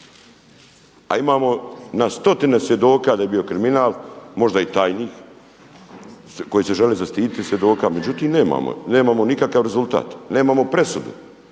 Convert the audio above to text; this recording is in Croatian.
a imamo na stotine svjedoka da je bio kriminal, možda i tajnih koji se žele zaštititi svjedoka, međutim nemamo, nemamo nikakav rezultat, nemamo presudu